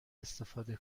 استفاده